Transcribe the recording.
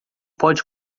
pode